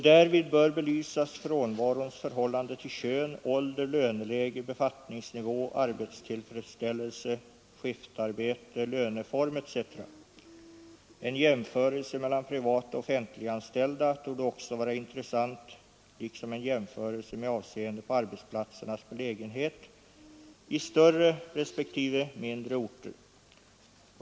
Därvid bör belysas frånvarons förhållande till kön, ålder, löneläge, befattningsnivå, arbetstillfredsställelse, skiftarbete, löneform etc. En jämförelse mellan privatoch offentliganställda torde också vara intressant, liksom en jämförelse med avseende på arbetsplatsernas belägenhet i större respektive mindre orter.